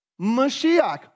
Mashiach